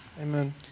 Amen